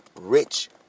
rich